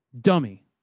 dummy